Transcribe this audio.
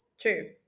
True